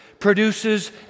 produces